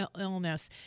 illness